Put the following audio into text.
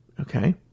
okay